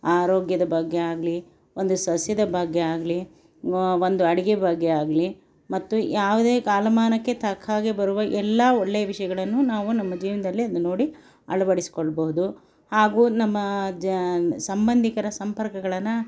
ಆರೋಗ್ಯದ ಬಗ್ಗೆ ಆಗಲಿ ಒಂದು ಸಸ್ಯದ ಬಗ್ಗೆ ಆಗಲಿ ಒಂದು ಅಡುಗೆ ಬಗ್ಗೆ ಆಗಲಿ ಮತ್ತು ಯಾವುದೇ ಕಾಲಮಾನಕ್ಕೆ ತಕ್ಕ ಹಾಗೆ ಬರುವ ಎಲ್ಲ ಒಳ್ಳೆಯ ವಿಷಯಗಳನ್ನು ನಾವು ನಮ್ಮ ಜೀವನದಲ್ಲಿ ನೋಡಿ ಅಳವಡಿಸಿಕೊಳ್ಬೋದು ಹಾಗೂ ನಮ್ಮ ಜ ಸಂಬಂಧಿಕರ ಸಂಪರ್ಕಗಳನ್ನು